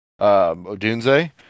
Odunze